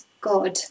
God